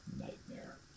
nightmare